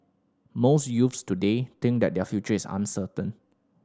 most youths today think that their future is uncertain